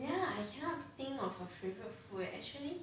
ya